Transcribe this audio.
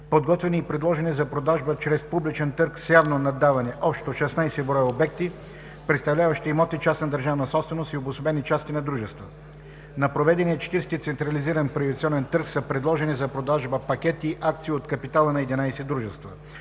Подготвени и предложени за продажба чрез публичен търг с явно наддаване – общо 16 бр. обекти, представляващи имоти частна държавна собственост и обособени части на дружества. На проведения Четиридесети централизиран приватизационен търг са предложени за продажба пакети акции от капитала на 11 дружества.